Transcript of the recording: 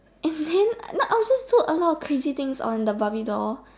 and then uh no I'll just do a lot of crazy things on the barbie doll